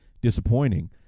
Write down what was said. disappointing